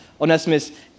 Onesimus